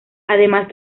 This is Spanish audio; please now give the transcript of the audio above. además